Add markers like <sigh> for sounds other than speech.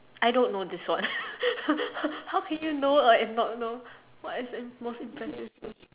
I don't know this one <laughs> how can you know a and not know what is an most impressive thing